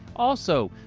also,